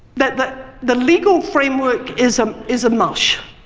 that the the legal framework is ah is a mush.